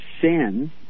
sin